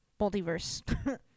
multiverse